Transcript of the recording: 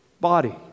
body